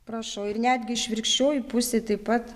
prašau ir netgi išvirkščiojoj pusėj taip pat